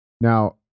Now